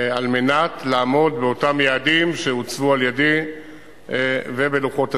על מנת לעמוד באותם יעדים שהוצבו על-ידי ובלוחות הזמנים.